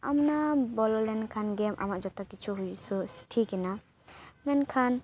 ᱟᱢ ᱚᱱᱟ ᱵᱚᱞᱚ ᱞᱮᱱᱠᱷᱟᱱ ᱜᱮ ᱟᱢᱟᱜ ᱡᱚᱛᱚ ᱠᱤᱪᱷᱩ ᱦᱩᱭ ᱥᱟ ᱴᱷᱤᱠ ᱮᱱᱟ ᱢᱮᱱᱠᱷᱟᱱ